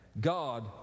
God